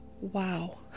wow